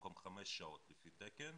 במקום חמש שעות לפי תקן,